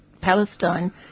Palestine